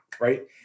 right